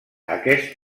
aquest